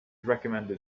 recommended